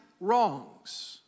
wrongs